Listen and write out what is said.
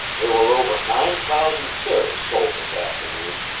there were over nine thousand shares sold this afternoon,